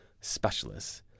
specialists